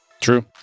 True